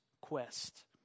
quest